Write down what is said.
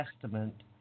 Testament